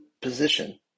position